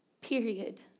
period